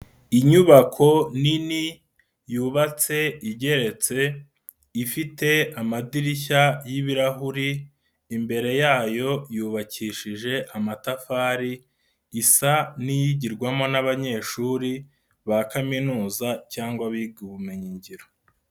Inyubako nini yubatse igeretse ifite amadirishya y'ibirahuri, imbere yayo yubakishije amatafari isa n'iyigirwamo n'abanyeshuri ba kaminuza cyangwa abiga ubumenyi ngiro.